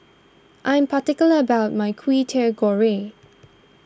I am particular about my Kwetiau Goreng